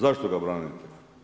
Zašto ga branite?